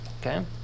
Okay